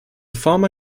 former